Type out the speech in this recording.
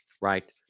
right